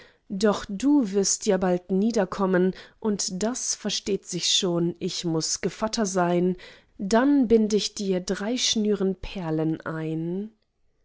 doch du wirst ja bald niederkommen und das versteht sich schon ich muß gevatter sein dann bind ich dir drei schnuren perlen ein